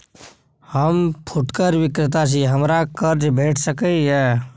हम फुटकर विक्रेता छी, हमरा कर्ज भेट सकै ये?